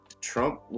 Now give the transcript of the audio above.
Trump